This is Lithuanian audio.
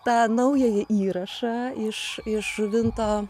tą naująjį įrašą iš iš žuvinto